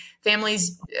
Families